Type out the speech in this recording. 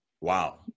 Wow